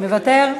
מוותר?